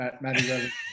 Maddie